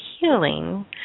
healing